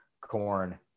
corn